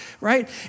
right